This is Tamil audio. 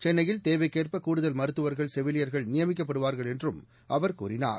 சென்னையில் தேவைக்கேற்ப கூடுதல் மருத்துவர்கள் செவிலியர்கள் நியமிக்கப்படுவார்கள் என்றும் அவர் கூறினார்